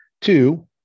Two